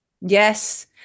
Yes